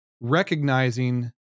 recognizing